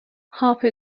harper